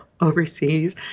overseas